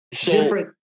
Different